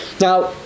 now